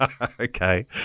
Okay